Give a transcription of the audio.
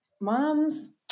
moms